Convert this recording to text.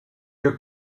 your